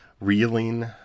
reeling